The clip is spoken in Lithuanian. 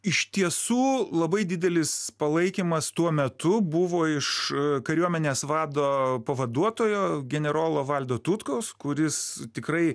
iš tiesų labai didelis palaikymas tuo metu buvo iš kariuomenės vado pavaduotojo generolo valdo tutkaus kuris tikrai